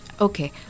Okay